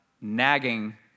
nagging